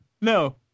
no